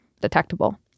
detectable